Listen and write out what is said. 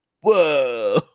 whoa